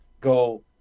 go